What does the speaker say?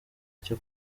cyo